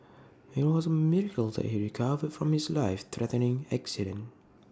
IT was A miracle that he recovered from his life threatening accident